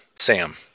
Sam